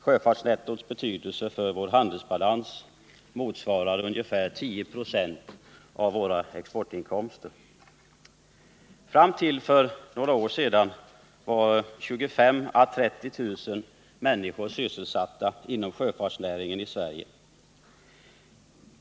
Sjöfartsnettots betydelse för vår handelsbalans motsvarar ungefär 10 96 av våra exportinkomster. Fram till för några år sedan var 25 000 å 30 000 människor sysselsatta inom sjöfartsnäringen i Sverige.